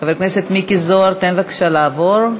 חבר הכנסת מיקי זוהר, תן בבקשה לעבור.